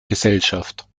gesellschaft